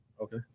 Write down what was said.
Okay